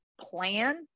plan